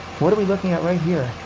what are we looking at right here?